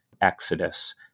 exodus